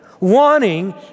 wanting